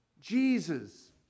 Jesus